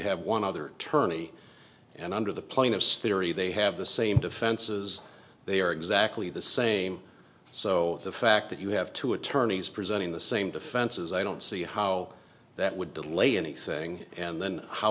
have one other tourney and under the plaintiffs theory they have the same defenses they are exactly the same so the fact that you have two attorneys presenting the same defenses i don't see how that would delay any saying and then how